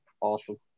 awesome